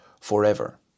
forever